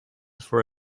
for